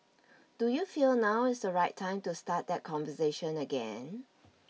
do you feel now is the right time to start that conversation again